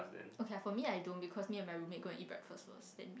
okay for me I don't because me and my roommate go and eat breakfast first then